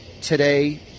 today